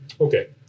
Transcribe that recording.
Okay